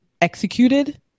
executed